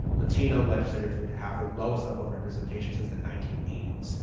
latino legislators would have their lowest level of representation since the nineteen eighty s.